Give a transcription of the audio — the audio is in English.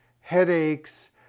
headaches